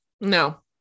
no